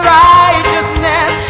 righteousness